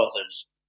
others